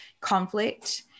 conflict